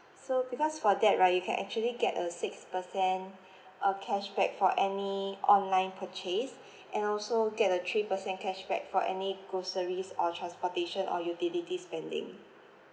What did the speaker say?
so because for that right you can actually get a six percent uh cashback for any online purchase and also get a three percent cashback for any groceries or transportation or utilities spending